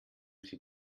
sie